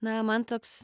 na man toks